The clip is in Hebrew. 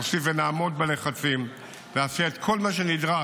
נוסיף ונעמוד בלחצים, נעשה את כל מה שנדרש,